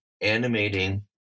animating